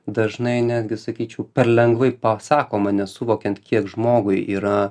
dažnai netgi sakyčiau per lengvai pasakoma nesuvokiant kiek žmogui yra